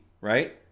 right